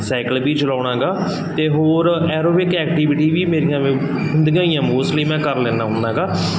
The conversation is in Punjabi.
ਸਾਈਕਲ ਵੀ ਚਲਾਉਂਦਾ ਗਾ ਅਤੇ ਹੋਰ ਐਰੋਬਿਕ ਐਕਟੀਵਿਟੀ ਵੀ ਮੇਰੀਆਂ ਹੁੰਦੀਆਂ ਹੀ ਆ ਮੋਸਟਲੀ ਮੈਂ ਕਰ ਲੈਂਦਾ ਹੁੰਦਾ ਹੈਗਾ